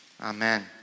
Amen